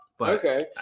Okay